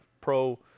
pro